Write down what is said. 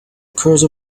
cursor